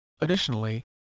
Additionally